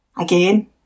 Again